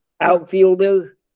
Outfielder